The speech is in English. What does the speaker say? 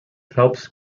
helps